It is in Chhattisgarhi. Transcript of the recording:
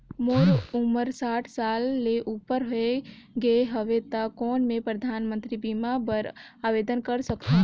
मोर उमर साठ साल ले उपर हो गे हवय त कौन मैं परधानमंतरी बीमा बर आवेदन कर सकथव?